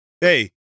hey